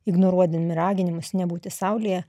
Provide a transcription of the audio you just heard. ignoruodami raginimus nebūti saulėje